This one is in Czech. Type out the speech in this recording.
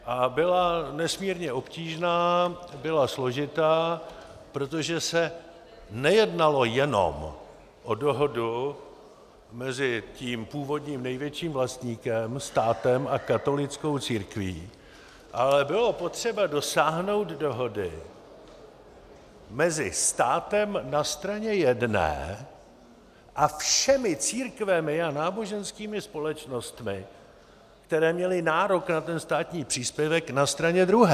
A byla nesmírně obtížná, byla složitá, protože se nejednalo jenom o dohodu mezi tím původním největším vlastníkem státem a katolickou církví, ale bylo potřeba dosáhnout dohody mezi státem na straně jedné a všemi církvemi a náboženskými společnostmi, které měly nárok na ten státní příspěvek, na straně druhé.